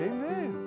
Amen